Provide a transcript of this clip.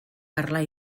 parlar